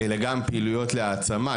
אלא גם פעילויות להעצמה,